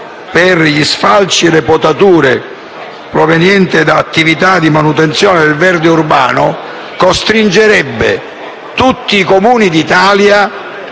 per gli sfalci e le potature provenienti da attività di manutenzione del verde urbano, costringerebbe tutti i Comuni d'Italia